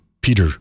Peter